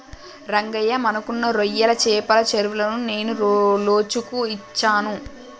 రంగయ్య మనకున్న రొయ్యల చెపల చెరువులను నేను లోజుకు ఇచ్చాను